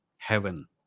heaven